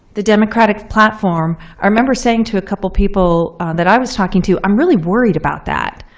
the democratic platform, i remember saying to a couple of people that i was talking to, i'm really worried about that.